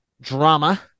drama